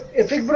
if the